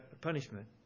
punishment